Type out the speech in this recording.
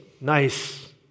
nice